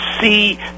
see